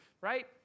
right